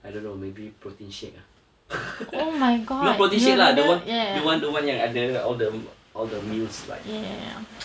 I don't know maybe protein shake ah not protein shake lah the one the one yang ada all the all the meals like